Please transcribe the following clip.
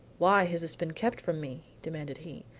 why has this been kept from me? demanded he,